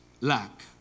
lack